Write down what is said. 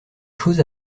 chose